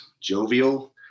jovial